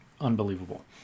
Unbelievable